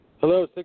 Hello